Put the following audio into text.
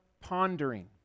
pondering